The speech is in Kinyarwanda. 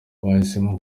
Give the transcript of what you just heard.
bahisemo